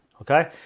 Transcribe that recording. okay